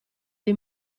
dei